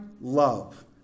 love